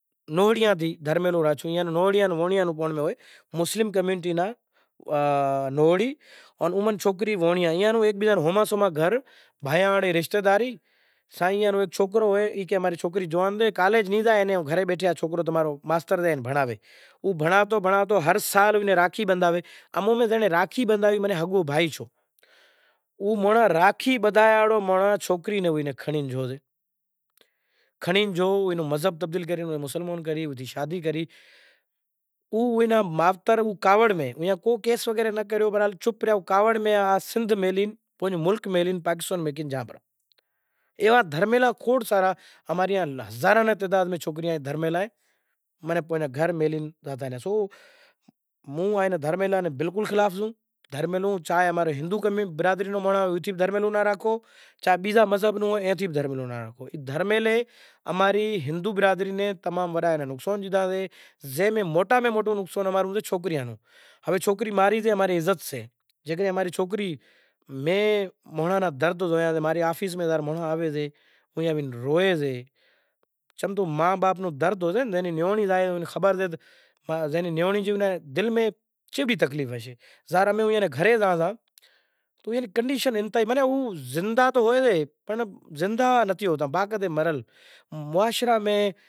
ویواہ تھے، دہاڑا پکا تھا پسے وڑے آنپڑا پھیرا تھیا پھیرا تھے پسے وڑے مانڈو ہتو ائیں پسے وڑے جیکو بھی سئے دھرم روں پسے جیکو بھی سئے دھاگا وگیراہ جیکو بھی کھولاسیں، ایئاں ری ای ریت رسم کراسیں پسے میندی رات جیکو ہوئیسے پسے مہمان وگیراہ جیکو بھی آئیسے پسے جیوو حال ہوشے دعوت کری پسے وڑے ریت رسم کراں سیں میندی سجاواں سیں ہلدی ہنڑاں سیں، ہلدی ہنڑے پسے وڑے جیکو بھی سئے جیکو بھی ریت رسم سے ای کراں سین، جیوی ریت رسم سی ایئاں میں کراسیئاں، اینا علاوہ امارا، جیکو بھی سئے لیڈیز سے بار بچو جیکو بھی سے ایئے اکثر کرے زو امیں کھاشو ساڑہی وارو لباس تھئی گیو شئے انیں علاوہ جیکو بھی سئے تیار تھے زانیں تیار تھے پسے زایاسیئاں، تیار تھے پسے سیڑے کوئی پرب آوے پرب مطلب بارہاں مینڑا رو پرب آوہسے دواری تھی ہولا تھی ہولی تھی کوئی آنپڑے شیو راتڑی تھی ماہا شیو راتڑی جیکو سئے ایئے میں پوری رات امیں زاگاں سیئاں اینو ورت راکھی سیئاں، چوویہ کلاک رو ایہڑو ورت ہوئیسے ہوارو نوں تقریبن چھ ہجے سیں شروع تھائے بیزے دہاڑے زائے شیو راتڑی رو امیں ورت کھولاں سیئاں